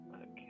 Okay